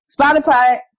Spotify